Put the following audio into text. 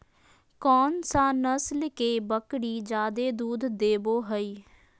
कौन सा नस्ल के बकरी जादे दूध देबो हइ?